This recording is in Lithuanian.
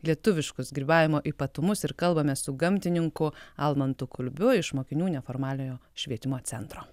lietuviškus grybavimo ypatumus ir kalbame su gamtininku almantu kulbiu iš mokinių neformaliojo švietimo centro